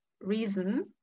reason